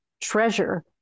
treasure